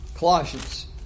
Colossians